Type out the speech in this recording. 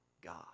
God